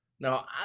Now